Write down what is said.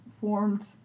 formed